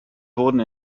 wurden